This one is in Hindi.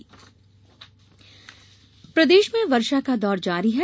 मौसम प्रदेश में वर्षा का दौर जारी है